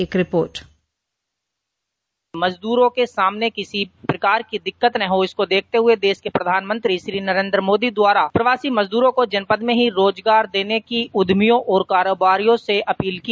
एक रिपोर्ट मजदूरों के सामने किसी प्रकार की दिक्कत न हो इसको देखते हुए देश के प्रधानमंत्री श्री नरेंद्र मोदी द्वारा प्रवासी मजदूरों को जनपद में ही रोजगार देने की उद्यमियों और कारोबारियो से अपील की